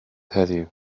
heddiw